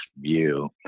view